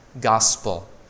gospel